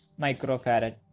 microfarad